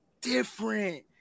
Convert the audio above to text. different